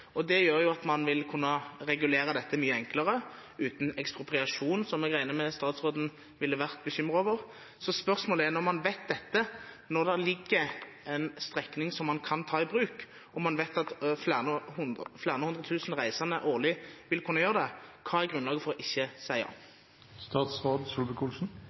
Det gjør at man vil kunne regulere dette mye enklere, uten ekspropriasjon, som jeg regner med at statsråden ville vært bekymret over. Spørsmålet er: Når man vet dette, når det ligger en strekning som man kan ta i bruk, og man vet at flere hundretusen reisende årlig vil kunne bruke det, hva er grunnlaget for ikke å si